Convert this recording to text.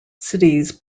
cities